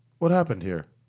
what happened here?